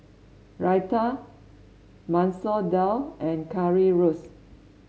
Raita Masoor Dal and Currywurst